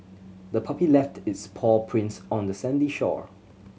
the puppy left its paw prints on the sandy shore